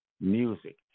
music